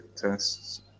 tests